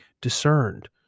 discerned